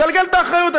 נגלגל את האחריות.